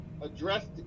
addressed